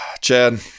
Chad